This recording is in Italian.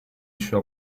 issue